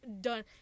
done